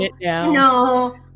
No